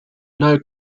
now